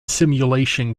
simulation